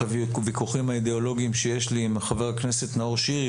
הוויכוחים האידיאולוגיים שיש לי עם חבר הכנסת נאור שירי,